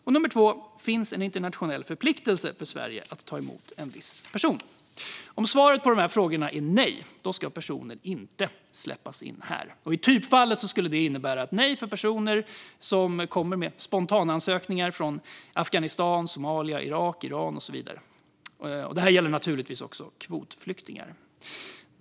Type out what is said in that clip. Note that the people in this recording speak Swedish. Finns det en internationell förpliktelse för Sverige att ta emot en viss person? Om svaret på de här frågorna är nej ska personen inte släppas in här. I typfallet skulle detta innebära ett nej för personer från Afghanistan, Somalia, Irak, Iran och så vidare som kommer med spontanansökningar. Det här gäller naturligtvis också kvotflyktingar.